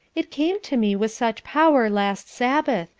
it came to me with such power last sabbath,